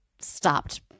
stopped